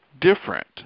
different